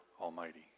Almighty